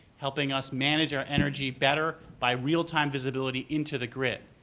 helping us manage our energy better by real-time visibility into the grid.